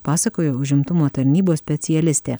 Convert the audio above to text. pasakojo užimtumo tarnybos specialistė